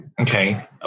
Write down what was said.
Okay